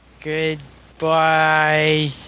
goodbye